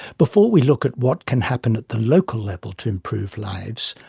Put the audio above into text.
before we look at what can happen at the local level to improve lives,